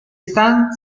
stan